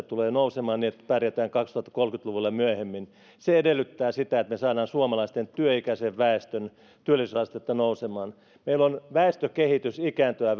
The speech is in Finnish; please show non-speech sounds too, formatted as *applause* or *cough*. *unintelligible* tulee nousemaan niin että pärjätään kaksituhattakolmekymmentä luvulla ja myöhemmin se edellyttää sitä että me saamme suomalaisen työikäisen väestön työllisyysastetta nousemaan meillä on ikääntyvä *unintelligible*